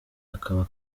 akaba